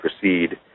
proceed